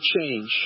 change